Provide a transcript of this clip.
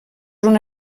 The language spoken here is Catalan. una